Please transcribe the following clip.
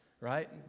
right